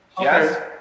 Yes